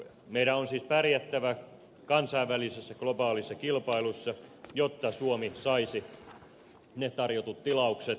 meidän on siis pärjättävä kansainvälisessä globaalissa kilpailussa jotta suomi saisi ne tarjotut tilaukset ja uudet työpaikat